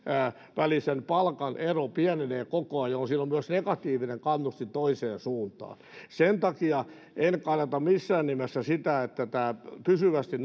välisen palkan ero pienenee koko ajan jolloin siinä on myös negatiivinen kannustin toiseen suuntaan sen takia en kannata missään nimessä sitä että pysyvästi